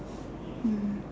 um